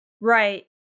Right